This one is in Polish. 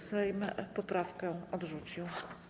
Sejm poprawki odrzucił.